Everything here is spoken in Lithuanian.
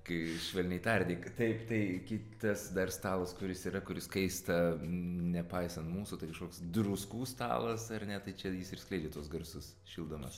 kai švelniai tardyk taip tai kitas dar stalas kuris yra kuris kaista nepaisant mūsų tai kažkoks druskų stalas ar ne tai čia jis ir skleidžia tuos garsus šildamas